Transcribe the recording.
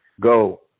go